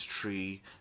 tree